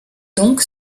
donc